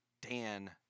Dan